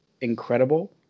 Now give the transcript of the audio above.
incredible